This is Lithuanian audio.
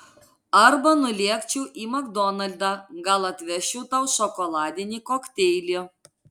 arba nulėkčiau į makdonaldą gal atvežčiau tau šokoladinį kokteilį